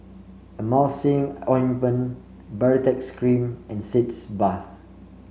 Emulsying Ointment Baritex Cream and Sitz Bath